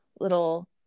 little